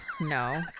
No